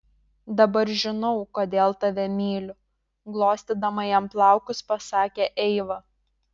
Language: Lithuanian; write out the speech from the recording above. dabar žinau kodėl tave myliu glostydama jam plaukus pasakė eiva